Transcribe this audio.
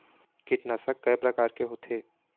कीटनाशक कय प्रकार के होथे?